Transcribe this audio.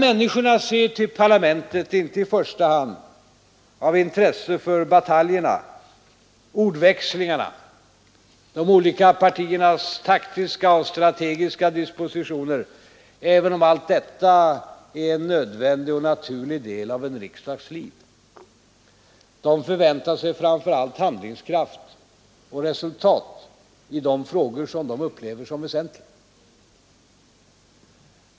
Människorna ser inte i första hand till parlamentet av intresse för bataljerna, ordväxlingarna, de olika partiernas taktiska och strategiska dispositioner, även om allt detta är en nödvändig och naturlig del av riksdagens liv. De förväntar sig framför allt handlingskraft och resultatet i de frågor som de upplever som väsentliga.